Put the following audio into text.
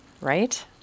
right